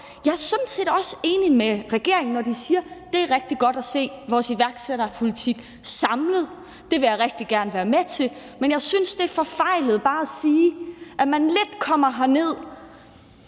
Jeg er sådan set også enig med regeringen, når de siger, at det er rigtig godt at se vores iværksætterpolitik samlet, og det vil jeg rigtig gerne være med til, men jeg synes, det er forfejlet bare at sige, at nu kommer det herned